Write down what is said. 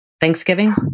Thanksgiving